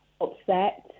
upset